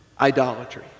idolatry